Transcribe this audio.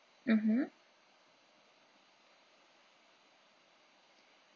mmhmm